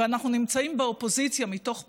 ואנחנו נמצאים באופוזיציה מתוך בחירה,